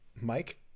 mike